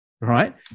Right